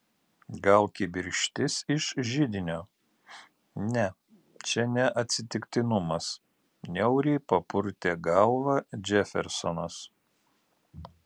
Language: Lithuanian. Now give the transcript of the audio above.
gal kibirkštis iš židinio ne čia ne atsitiktinumas niauriai papurtė galvą džefersonas